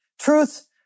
Truth